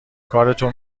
کارتو